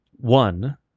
One